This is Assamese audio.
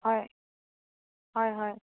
হয় হয় হয়